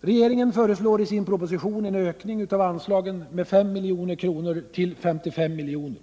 Regeringen föreslår i sin proposition en ökning av anslaget med 5 milj.kr. till 55 milj.kr.